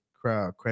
credit